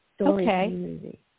Okay